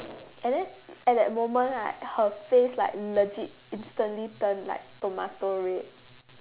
and then at that moment right her face like legit instantly turned like tomato red